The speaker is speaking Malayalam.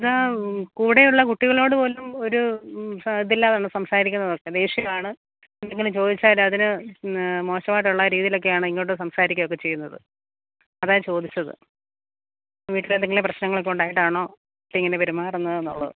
ഇത് കൂടെയുള്ള കുട്ടികളോട് പോലും ഒരു ഇതില്ലാതെ ആണ് സംസാരിക്കുന്നതൊക്കെ ദേഷ്യമാണ് എന്തെങ്കിലും ചോദിച്ചാൽ അതിന് മോശമായിട്ടുള്ള രീതിയിലൊക്കെയാണ് ഇങ്ങോട്ട് സംസാരിക്കുകയൊക്കെ ചെയ്യുന്നത് അതാണ് ചോദിച്ചത് വീട്ടിൽ എന്തെങ്കിലും പ്രശ്നങ്ങളൊക്കെ ഉണ്ടായത് കൊണ്ടാണോ കുട്ടി ഇങ്ങനെ പെരുമാറുന്നത് എന്നുള്ളത്